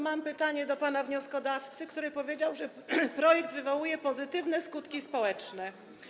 Mam pytanie do pana wnioskodawcy, który powiedział, że projekt wywołuje pozytywne skutki społeczne.